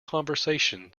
conversation